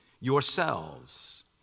yourselves